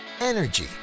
Energy